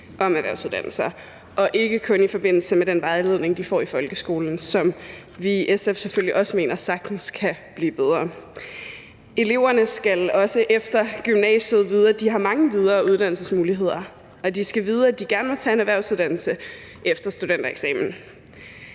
om erhvervsuddannelser og ikke kun i forbindelse med den vejledning, de får i folkeskolen, som vi i SF selvfølgelig også mener sagtens kan blive bedre. Eleverne skal også efter gymnasiet vide, at de har mange videreuddannelsesmuligheder, og de skal vide, at de gerne må tage en erhvervsuddannelse efter studentereksamen.